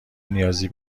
نیازی